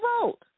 vote